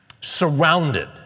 Surrounded